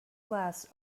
glass